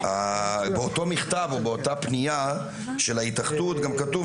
באותו מכתב או באותה פנייה של ההתאחדות גם כתוב